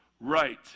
Right